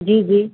जी जी